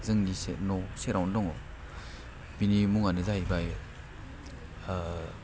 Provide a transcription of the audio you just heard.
जोंनिसो न' सेरावनो दङ बिनि मुङानो जाहैबाय ओ